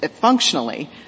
functionally